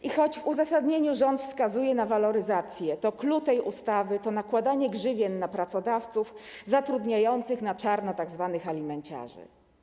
I choć w uzasadnieniu rząd wskazuje na waloryzację, to clou tej ustawy stanowi nakładanie grzywien na pracodawców zatrudniających na czarno tzw. alimenciarzy.